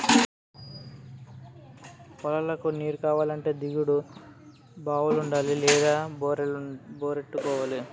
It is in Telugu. పొలాలకు నీరుకావాలంటే దిగుడు బావులుండాలి లేదా బోరెట్టుకోవాలి